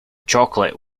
chocolate